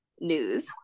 news